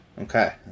Okay